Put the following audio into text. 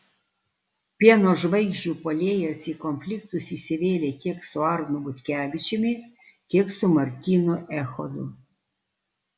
pieno žvaigždžių puolėjas į konfliktus įsivėlė tiek su arnu butkevičiumi tiek su martynu echodu